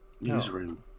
newsroom